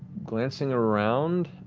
glancing around?